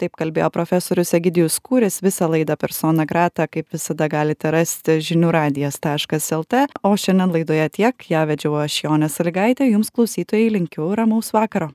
taip kalbėjo profesorius egidijus kūris visą laidą persona grata kaip visada galite rasti žinių radijas taškas el t o šiandien laidoje tiek ją vedžiau aš jonė sąlygaitė jums klausytojai linkiu ramaus vakaro